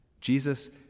jesus